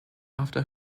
after